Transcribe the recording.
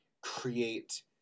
create